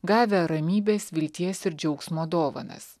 gavę ramybės vilties ir džiaugsmo dovanas